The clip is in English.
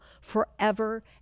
forever